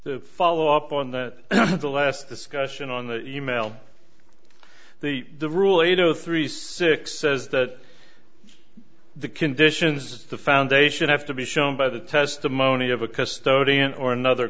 the follow up on that the last discussion on the e mail the the rule eight zero three six says that the conditions of the foundation have to be shown by the testimony of a custodian or another